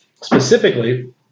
specifically